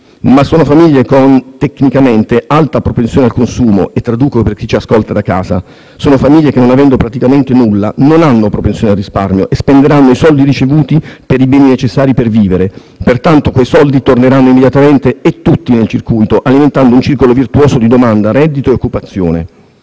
ma sono famiglie tecnicamente con alta propensione al consumo, e traduco per chi ci ascolta da casa: sono famiglie che non avendo praticamente nulla non hanno propensione al risparmio e spenderanno i soldi ricevuti per i beni necessari per vivere, pertanto quei soldi torneranno immediatamente - e tutti - nel circuito, alimentando un circolo virtuoso di domanda-reddito-occupazione.